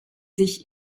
sich